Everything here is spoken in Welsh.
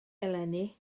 eleni